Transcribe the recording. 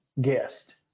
guest